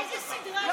איזו סדרה, טהראן?